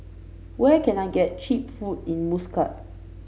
where can I get cheap food in Muscat